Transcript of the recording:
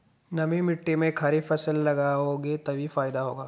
नमी मिट्टी में खरीफ फसल लगाओगे तभी फायदा होगा